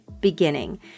beginning